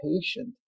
patient